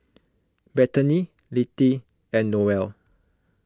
Bethany Littie and Noelle